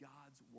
God's